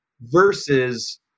versus